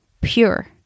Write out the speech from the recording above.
pure